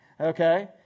okay